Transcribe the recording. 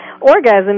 orgasm